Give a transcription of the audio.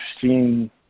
seen